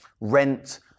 rent